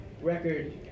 record